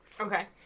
okay